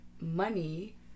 money